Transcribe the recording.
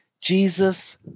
Jesus